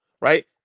right